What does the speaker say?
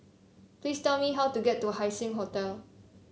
please tell me how to get to Haising Hotel